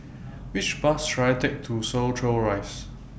Which Bus should I Take to Soo Chow Rise